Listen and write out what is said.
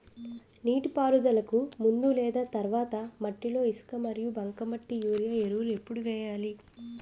నీటిపారుదలకి ముందు లేదా తర్వాత మట్టిలో ఇసుక మరియు బంకమట్టి యూరియా ఎరువులు ఎప్పుడు వేయాలి?